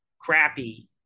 crappy